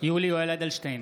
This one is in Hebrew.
יולי יואל אדלשטיין,